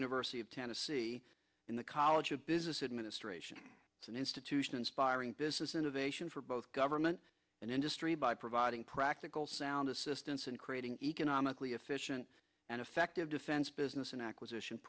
university of tennessee in the college of business administration it's an institution inspiring business innovation for both government and industry by providing practical sound assistance in creating economically efficient and effective defense business and acquisition